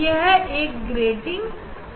यह एक greeting part है